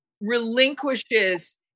relinquishes